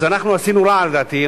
אז אנחנו עשינו רע, לדעתי.